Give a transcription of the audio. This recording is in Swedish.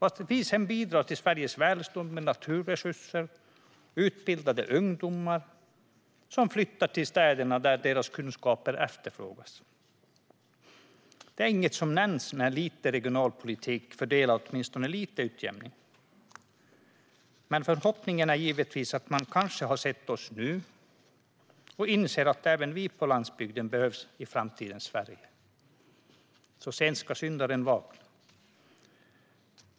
Att vi sedan bidrar till Sveriges välstånd med naturresurser och utbildade ungdomar som flyttar till städerna där deras kunskaper efterfrågas är inget som nämns när lite regionalpolitik fördelar åtminstone lite utjämning. Men förhoppningen är givetvis att man kanske har sett oss nu och inser att även vi på landsbygden behövs i framtidens Sverige. Sent ska syndaren vakna.